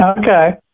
Okay